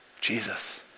Jesus